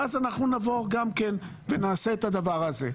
ואז אנחנו נבוא ונעשה את הדבר הזה.